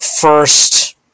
first